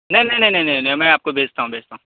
نہیں نہیں نہیں نہیں نہیں نہیں میں آپ کو بھیجتا ہوں بھیجتا ہوں